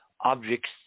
objects